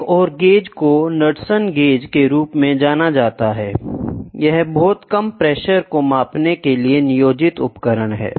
एक और गेज को नॉड्सन गेज के रूप में कहा जाता है यह बहुत कम प्रेशर को मापने के लिए नियोजित उपकरण है